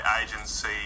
agency